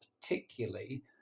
particularly